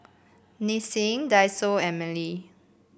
Nissin Daiso and Mili